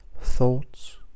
thoughts